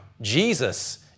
Jesus